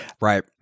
Right